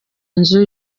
nzu